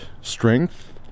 strength